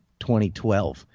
2012